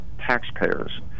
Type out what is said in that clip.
taxpayers